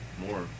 more